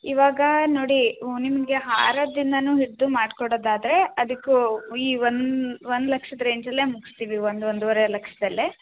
ಇವಾಗ ನೋಡಿ ಓ ನಿಮಗೆ ಹಾರದಿಂದನು ಹಿಡಿದು ಮಾಡ್ಕೊಡದು ಆದರೆ ಅದಕ್ಕೆ ಈ ಒನ್ ಒನ್ ಲಕ್ಷದ ರೇಂಜಲ್ಲೆ ಮುಗ್ಸ್ತೀವಿ ಒಂದು ಒಂದೂವರೆ ಲಕ್ಷದಲ್ಲೇ